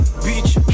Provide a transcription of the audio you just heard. bitch